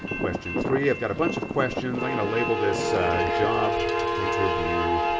question three, i've got a bunch of questions. i'm gonna label this job interview,